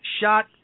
shot